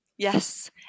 Yes